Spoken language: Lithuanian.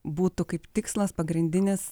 būtų kaip tikslas pagrindinis